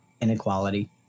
inequality